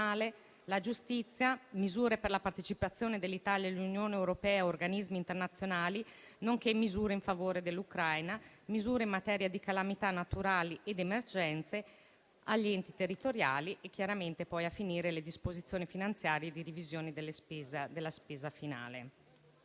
giustizia; misure per la partecipazione dell'Italia all'Unione europea e a organismi internazionali, nonché misure in favore dell'Ucraina; misure in materia di calamità naturali ed emergenze; enti territoriali; disposizioni finanziarie di revisione della spesa e finali.